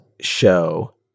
show